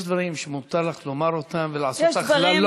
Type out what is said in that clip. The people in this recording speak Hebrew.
יש דברים שמותר לך לומר ולעשות הכללות,